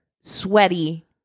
sweaty